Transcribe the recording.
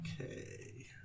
okay